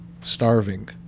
starving